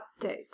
update